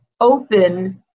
open